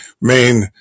main